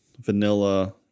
vanilla